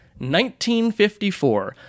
1954